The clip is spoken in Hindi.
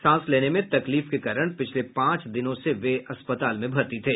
सांस लेने में तकलीफ के कारण पिछले पांच दिनों से वे अस्पताल में भर्ती थे